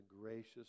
gracious